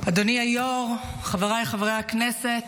אדוני היושב-ראש, חבריי חברי הכנסת,